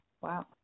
Wow